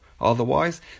Otherwise